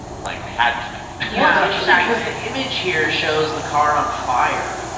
like had to do it. well it's interesting because the image here shows the car on fire.